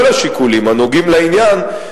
כל השיקולים הנוגעים לעניין,